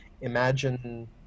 imagine